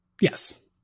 Yes